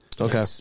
Okay